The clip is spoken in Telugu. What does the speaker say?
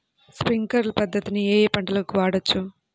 స్ప్రింక్లర్ పద్ధతిని ఏ ఏ పంటలకు వాడవచ్చు?